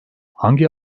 hangi